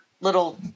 little